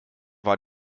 war